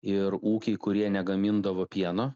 ir ūkiai kurie negamindavo pieno